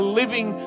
living